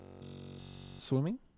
Swimming